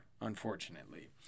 unfortunately